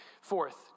Fourth